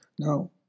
No